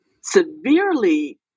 severely